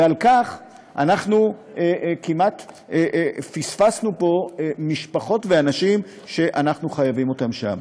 ועל כך אנחנו כמעט פספסנו פה משפחות ואנשים שאנחנו חייבים אותם שם.